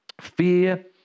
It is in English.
fear